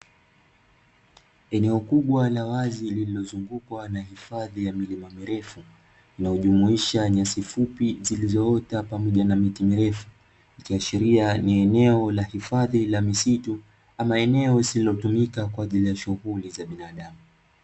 Eneo kubwa la wazi lililozungukwa na hifadhi ya milima mirefu, inayojumuisha nyasi fupi zilizoota pamoja na miti mirefu. ikiashiria ni eneo la hifadhi la misitu ama eneo lisilotumika kwa shughuli za binadamu.